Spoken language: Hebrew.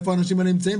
איפה האנשים האלה נמצאים,